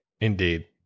indeed